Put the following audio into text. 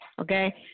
Okay